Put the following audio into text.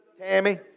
Tammy